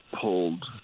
pulled